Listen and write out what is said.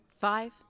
Five